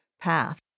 path